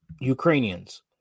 ukrainians